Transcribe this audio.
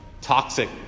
toxic